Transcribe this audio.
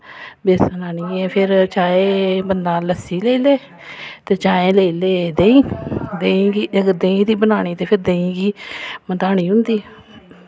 बेसन आह्नियै फिर चाहे बंदा लस्सी आह्नै ते चाहे लेई लै देहीं ते इसलै देहीं बनाने लेई मधानी होंदी